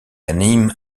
anime